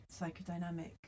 psychodynamic